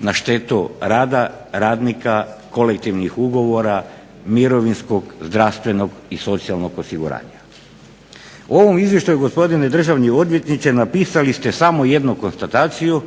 na štetu rada, radnika, kolektivnih ugovora, mirovinskog, zdravstvenog i socijalnog osiguranje. U ovom Izvještaju gospodine državni odvjetniče napisali ste samo jednu konstataciju